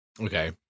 Okay